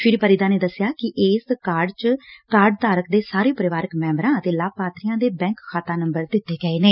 ਸ੍ਰੀ ਪਰਿਦਾ ਨੇ ਦਸਿਆ ਕਿ ਇਸ ਕਾਰਡ ਚ ਕਾਰਡ ਧਾਰਕ ਦੇ ਸਾਰੇ ਪਰਿਵਾਰਕ ਮੈਬਰਾਂ ਅਤੇ ਲਾਭਪਾਤਰੀਆਂ ਦੇ ਬੈਕ ਖਾਤਾ ਨੰਬਰ ਦਿੱਰੇ ਗਏ ਨੇ